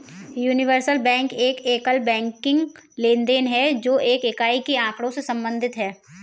universal bank एक एकल banking लेनदेन है, जो एक इकाई के आँकड़ों से संबंधित है